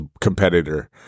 competitor